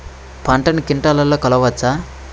పంటను క్వింటాల్లలో కొలవచ్చా?